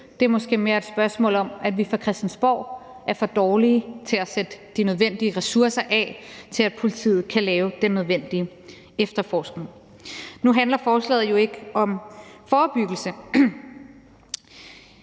det er måske mere et spørgsmål om, at vi fra Christiansborgs side er for dårlige til at sætte de nødvendige ressourcer af til, at politiet kan lave den nødvendige efterforskning. Nu handler forslaget jo ikke om forebyggelse,